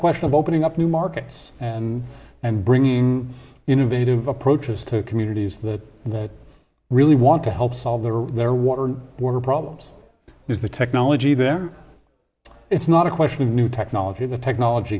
question of opening up new markets and and bringing innovative approaches to communities that really want to help solve their water and water problems is the technology there it's not a question of new technology the technology